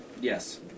Yes